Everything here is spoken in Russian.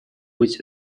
быть